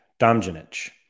Damjanich